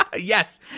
yes